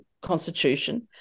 constitution